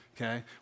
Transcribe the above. Okay